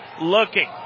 looking